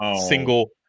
single